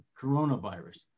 coronavirus